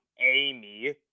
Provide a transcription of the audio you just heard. amy